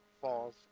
falls